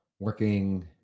working